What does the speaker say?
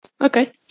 Okay